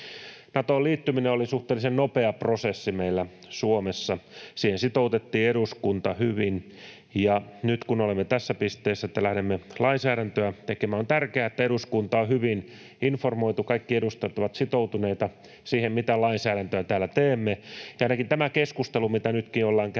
Natoon liittyminen oli suhteellisen nopea prosessi meillä Suomessa. Siihen sitoutettiin eduskunta hyvin. Ja nyt kun olemme tässä pisteessä, että lähdemme lainsäädäntöä tekemään, on tärkeää, että eduskunta on hyvin informoitu ja kaikki edustajat ovat sitoutuneita siihen, mitä lainsäädäntöä täällä teemme. Ainakin tässä keskustelussa, mitä nytkin ollaan käyty